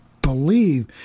believe